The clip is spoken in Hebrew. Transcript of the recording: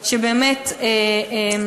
האמת,